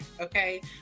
Okay